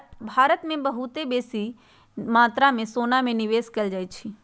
भारत में बहुते बेशी मत्रा में सोना में निवेश कएल जाइ छइ